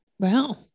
Wow